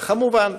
וכמובן,